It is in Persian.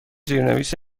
زیرنویس